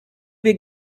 wir